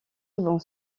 vont